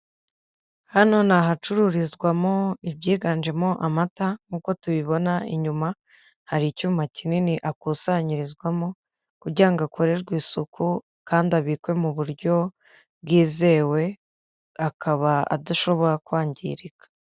Hano ni ahacururizwamo ibyiganjemo amata nk'uko tubibona inyuma, hari icyuma kinini akusanyirizwamo kugira ngo akorerwe isuku kandi abikwe mu buryo bwizewe akaba adashobora kwangirika.